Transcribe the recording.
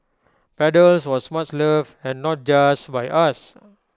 paddles was much loved and not just by us